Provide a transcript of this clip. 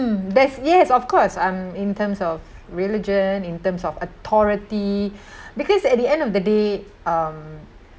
mm that's yes of course um in terms of religion in terms of authority because at the end of the day um